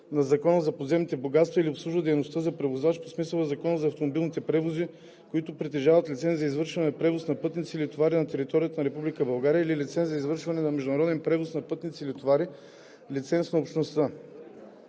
на Закона за подземните богатства или обслужва дейността на превозвач по смисъла на Закона за автомобилните превози, който притежава лиценз за извършване на превоз на пътници или товари на територията на Република България, или лиценз за извършване на международен превоз на пътници или товари – лиценз на Общността“.“